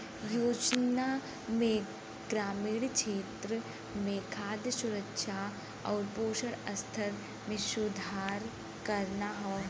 योजना में ग्रामीण क्षेत्र में खाद्य सुरक्षा आउर पोषण स्तर में सुधार करना हौ